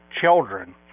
children